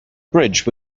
bridge